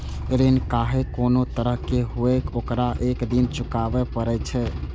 ऋण खाहे कोनो तरहक हुअय, ओकरा एक दिन चुकाबैये पड़ै छै